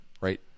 Right